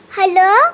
Hello